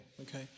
okay